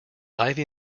ivy